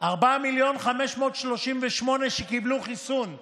ארבעה מיליון ו-538,000 שקיבלו חיסון ראשון,